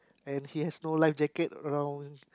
and he has no life jacket around